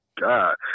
God